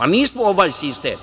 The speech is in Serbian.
Ali nismo ovaj sistem.